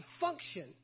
function